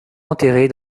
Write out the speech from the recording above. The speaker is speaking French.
enterrée